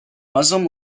muslim